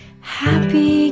happy